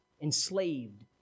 enslaved